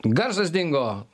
garsas dingo